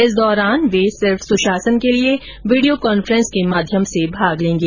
इस दौरान वे सिर्फ सुशासन के लिए वीडियो कॉन्फ्रेंस के माध्यम से भाग लेंगे